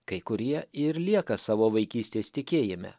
kai kurie ir lieka savo vaikystės tikėjime